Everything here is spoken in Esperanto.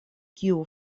kiu